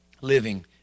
living